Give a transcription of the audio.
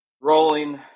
rolling